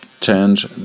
change